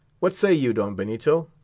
what say you, don benito,